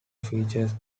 features